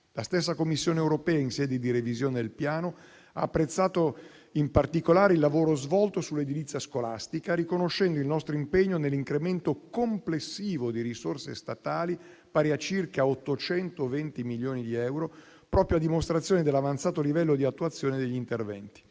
La stessa Commissione europea, in sede di revisione del Piano, ha apprezzato in particolare il lavoro svolto sull'edilizia scolastica, riconoscendo il nostro impegno nell'incremento complessivo di risorse statali pari a circa 820 milioni di euro, proprio a dimostrazione dell'avanzato livello di attuazione degli interventi.